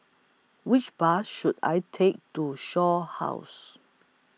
Which Bus should I Take to Shaw House